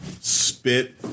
spit